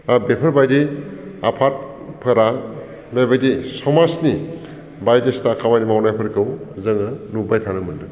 दा बेफोरबायदि आफादफोरा बेबायदि समाजनि बायदिसिना खामानि मावनायफोरखौ जोङो नुबाय थानो मोनदों